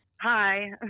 Hi